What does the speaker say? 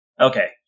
Okay